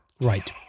Right